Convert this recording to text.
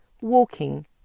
walking